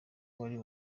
wari